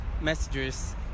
messages